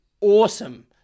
awesome